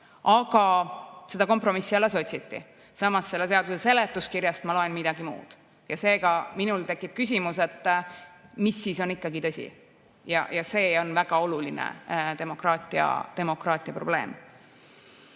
aga seda kompromissi alles otsiti. Samas, selle seaduse seletuskirjast ma loen midagi muud. Seega, minul tekib küsimus, mis siis on ikkagi tõsi. Ja see on väga oluline demokraatia probleem.